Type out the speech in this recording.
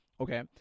Okay